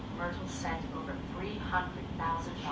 myrtle sent over three hundred thousand